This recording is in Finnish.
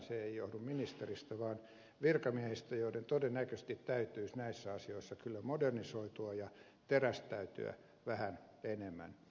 se ei johdu ministeristä vaan virkamiehistä joiden todennäköisesti täytyisi näissä asioissa kyllä modernisoitua ja terästäytyä vähän enemmän